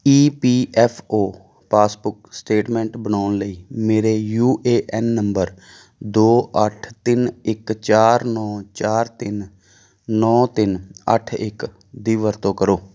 ਈ P F O passbook statement ਬਣਾਉਣ ਲਈ ਮੇਰੇ ਯੂ ਏ ਐੱਨ ਨੰਬਰ ਦੋ ਅੱਠ ਤਿੰਨ ਇੱਕ ਚਾਰ ਨੌਂ ਤਿੰਨ ਨੌਂ ਤਿੰਨ ਅੱਠ ਇੱਕ ਦੀ ਵਰਤੋਂ ਕਰੋ